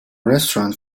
restaurant